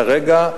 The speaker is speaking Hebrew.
כרגע,